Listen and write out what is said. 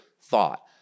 thought